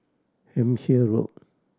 Hampshire Road